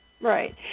Right